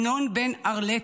ינון בן ארלט,